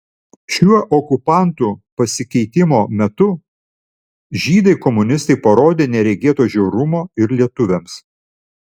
šiuo okupantų pasikeitimo metu žydai komunistai parodė neregėto žiaurumo ir lietuviams